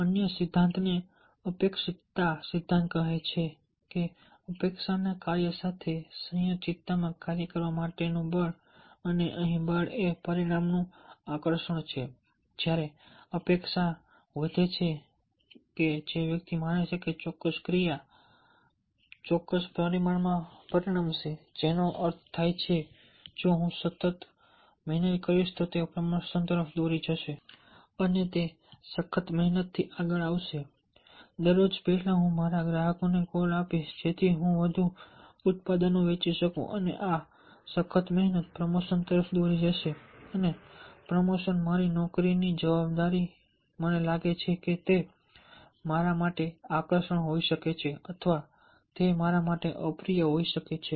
અન્ય સિદ્ધાંત Vroom ના અપેક્ષિતતા સિદ્ધાંત કહે છે કે અપેક્ષા ના કાર્ય સાથે સંયોજિતતામાં કાર્ય કરવા માટેનું બળ અને અહીં બળ એ પરિણામનું આકર્ષણ છે જ્યારે અપેક્ષા વિસ્તરે છે કે જે વ્યક્તિ માને છે કે ચોક્કસ ક્રિયા ચોક્કસ પરિણામમાં પરિણમશે જેનો અર્થ થાય છે જો હું સખત મહેનત કરીશ તો તે પ્રમોશન તરફ દોરી જશે અને સખત મહેનતથી આગળ આવશે દરરોજ પહેલા હું મારા ગ્રાહકોને કોલ આપીશ જેથી હું વધુ ઉત્પાદનો વેચી શકું અને આ સખત મહેનત પ્રમોશન તરફ દોરી જશે અને પ્રમોશન મારી નોકરીની જવાબદારી મને લાગે છે કે તે મારા માટે આકર્ષક હોઈ શકે છે અથવા તે મારા માટે અપ્રિય હોઈ શકે છે